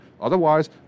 Otherwise